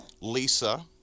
Lisa